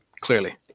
clearly